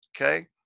okay